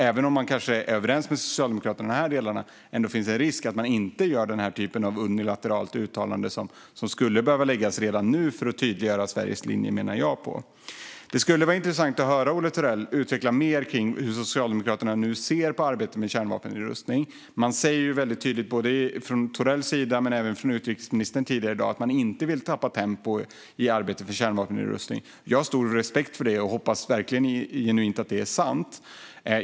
Även om de kanske är överens med Socialdemokraterna i de här delarna finns en risk att de inte gör den typen av unilateralt uttalande som jag menar skulle behöva göras redan nu för att tydliggöra Sveriges linje. Det skulle vara intressant att höra Olle Thorell utveckla mer hur Socialdemokraterna nu ser på arbetet för kärnvapennedrustning. Både Olle Thorell och utrikesministern, tidigare i dag, säger tydligt att man inte vill tappa tempo i arbetet med kärnvapennedrustning. Jag har stor respekt för det och hoppas genuint att det är sant.